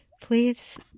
Please